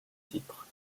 titres